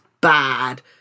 bad